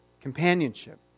companionship